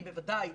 אני בוודאי,